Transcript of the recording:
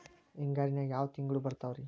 ಹಿಂಗಾರಿನ್ಯಾಗ ಯಾವ ತಿಂಗ್ಳು ಬರ್ತಾವ ರಿ?